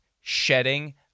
shedding